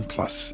Plus